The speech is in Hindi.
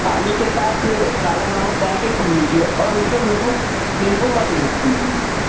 पानी के साथ काला नमक डाल के पी लीजिए और उसमें नींबू नींबू मत मिक्स कीजिए